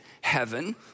heaven